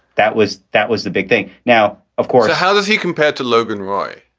that was that was the big thing now, of course, how does he compared to logan roy?